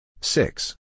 Six